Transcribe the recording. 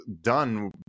done